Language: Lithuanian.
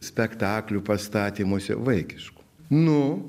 spektaklių pastatymuose vaikiškų nu